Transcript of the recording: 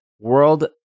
World